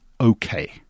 okay